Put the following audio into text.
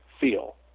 feel